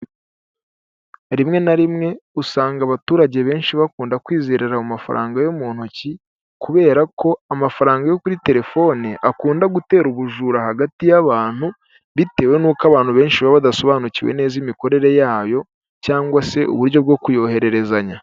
Rimwe na rimwe usanga abaturage benshi bakunda kwizerera mu mafaranga yo mu ntoki kubera ko amafaranga yo kuri terefone akunda gutera ubujura hagati y'abantu bitewe n'uko abantu benshi baba badasobanukiwe neza imikorere yayo cyangwa se uburyo bwo kuyohererezanya.